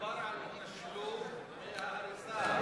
מדובר על תשלום דמי הריסה,